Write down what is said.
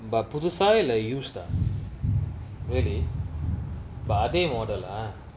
pa~ புதுசா இல்ல:puthusaa illa used ah really அப அதே:apa athe module ah